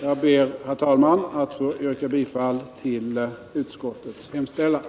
Jag ber, herr talman, att få yrka bifall till utskottets hemställan.